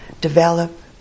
develop